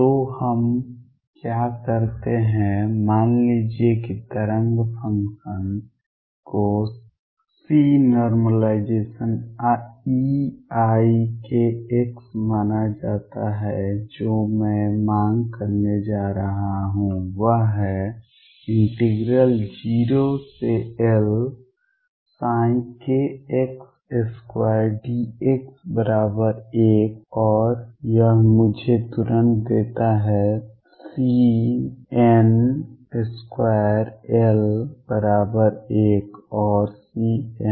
तो हम क्या करते हैं मान लीजिए कि तरंग फंक्शन को CNeikx माना जाता है जो मैं मांग करने जा रहा हूं वह है 0Lx2 dx1 और यह मुझे तुरंत देता है CN2L1 or CN1L